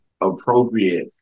appropriate